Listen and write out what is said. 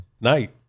night